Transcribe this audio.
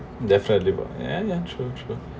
definitely ya ya true true